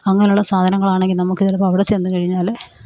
അങ്ങനെയുള്ള സാധനങ്ങളാണെങ്കിൽ നമുക്ക് ചിലപ്പോൾ അവിടെ ചെന്നു കഴിഞ്ഞാൽ